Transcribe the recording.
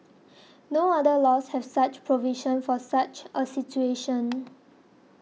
no other laws have such provisions for such a situation